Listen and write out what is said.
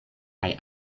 kaj